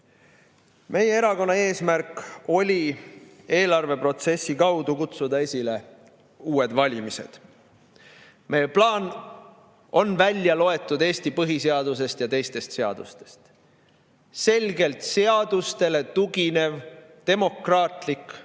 erakonna eesmärk oli eelarveprotsessi kaudu kutsuda esile uued valimised. Meie plaan oli välja loetud Eesti põhiseadusest ja teistest seadustest, see oli selgelt seadustele tuginev demokraatlik